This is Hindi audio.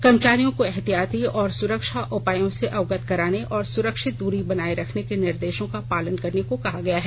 कर्मचारियों को एहतियाती और सुरक्षा उपायों से अवगत कराने और सुरक्षित दूरी बनाए रखने के निर्देशों का पालन करने को कहा गया है